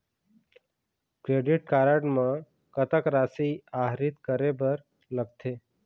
Credit card म कतक राशि आहरित करे बर लगथे?